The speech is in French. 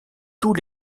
tous